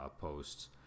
posts